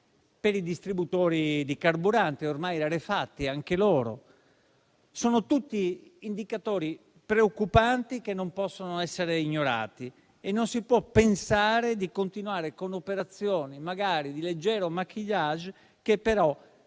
per i distributori di carburante, ormai anch'essi rarefatti. Sono tutti indicatori preoccupanti, che non possono essere ignorati, e non si può pensare di continuare con operazioni di leggero *maquillage*, che però